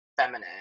feminine